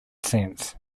sense